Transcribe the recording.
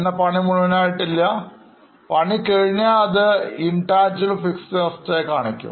എന്നാൽപണി മുഴുവൻ ആയിട്ടില്ല പണി കഴിഞ്ഞാൽ അത് Tangible Fixed Assets ആയി കാണിക്കും